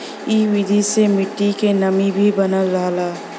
इ विधि से मट्टी क नमी भी बनल रहला